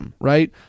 right